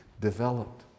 developed